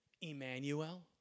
Emmanuel